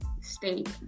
state